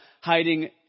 hiding